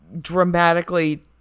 dramatically